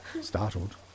Startled